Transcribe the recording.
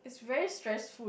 very stressful